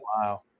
wow